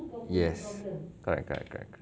yes correct correct correct correct